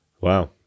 wow